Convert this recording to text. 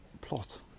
plot